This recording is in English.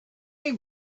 mean